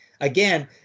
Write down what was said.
again